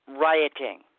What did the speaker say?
rioting